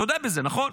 תודה בזה, נכון?